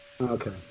Okay